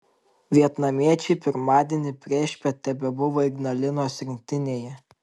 vietnamiečiai pirmadienį priešpiet tebebuvo ignalinos rinktinėje